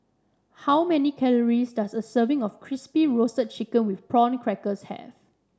how many calories does a serving of Crispy Roasted Chicken with Prawn Crackers have